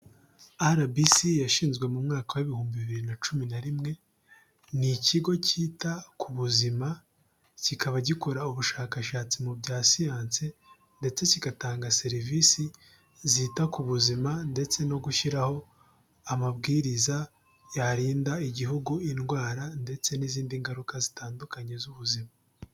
RBC yashinzwe mu mwaka w' ibihumbi bibiri na cumi n' rimwe, ni ikigo cyita ku buzima kikaba gikora ubushakashatsi mu bya siyansi ndetse kigatanga serivisi zita ku buzima ndetse no gushyiraho amabwiriza yarinda igihugu indwara ndetse n'izindi ngaruka zitandukanye z'ubuzima.